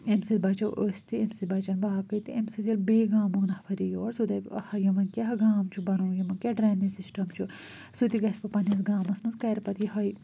اَمہِ سۭتۍ بچو أسۍ تہِ اَمہِ سۭتۍ بچن باقٕے تہِ اَمہِ سۭتۍ ییٚلہِ بیٚیہِ گامُک نَفر یور سُہ دپہ آہ یِمَن کٛیٛاہ گام چھُ بَنو یِمَن کیٛاہ ڈرٛینیج سِسٹَم چھُ سُہ تہِ گژھِ پہ پنٛنِس گامَس مَنٛز کَر پَتہٕ یِہوٚے